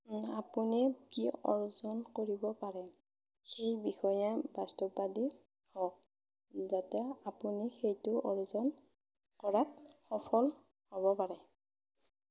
আপুনি কি অৰ্জন কৰিব পাৰে সেই বিষয়ে বাস্তৱবাদী হওক যাতে আপুনি সেইটো অৰ্জন কৰাত সফল হ'ব পাৰে